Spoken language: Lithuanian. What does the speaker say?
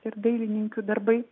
ir dailininkių darbai